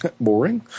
Boring